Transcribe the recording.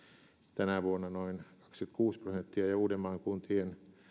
tänä vuonna noin kaksikymmentäkuusi prosenttia ja uudenmaan kuntien